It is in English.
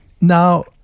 Now